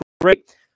great